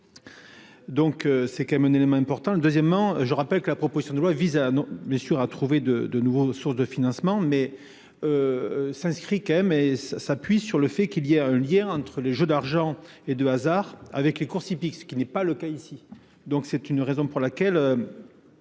Donc c'est quand même un élément important. Deuxièmement, je rappelle que la proposition de loi vise à bien sûr à trouver de de nouveaux sources de financement mais. S'inscrit quand même et s'appuie sur le fait qu'il y a un lien entre les jeux d'argent et de hasard avec les courses hippiques ce qui n'est pas le cas ici. Donc c'est une raison pour laquelle.